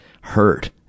hurt